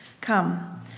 Come